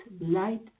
light